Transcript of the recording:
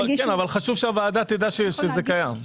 חשוב שהוועדה תדע שזה קיים.